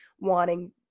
wanting